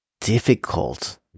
difficult